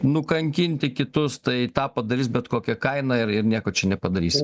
nukankinti kitus tai tą padarys bet kokia kaina ir ir nieko čia nepadarysi